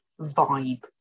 vibe